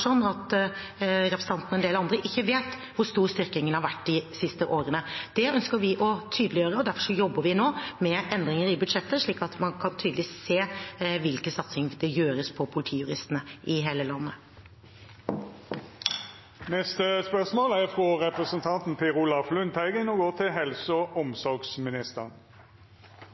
sånn at representanten og en del andre ikke vet hvor stor styrkingen har vært de siste årene. Det ønsker vi å tydeliggjøre, og derfor jobber vi nå med endringer i budsjettet, slik at man tydelig kan se hvilken satsing det er på politijuristene i hele landet. «Avtalen med entreprenørselskapet Skanska om bygging av nytt sykehus på Hjelset i Møre og